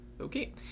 Okay